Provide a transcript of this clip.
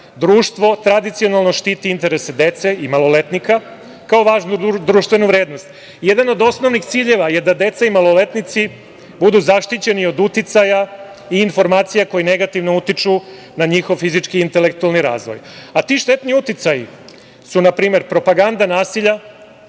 Društvo tradicionalno štiti interese dece i maloletnika kao važnu društvenu vrednost. Jedan od osnovnih ciljeva je da deca i maloletnici budu zaštićeni od uticaja i informacija koje negativno utiču na njihov fizički i intelektualni razvoj, a ti štetni uticaji su, na primer, propaganda nasilja,